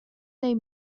dei